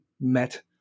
met